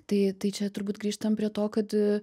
tai tai čia turbūt grįžtam prie to kad